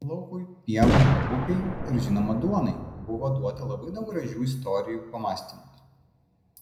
laukui pievai upei ir žinoma duonai buvo duota labai daug gražių istorijų pamąstymų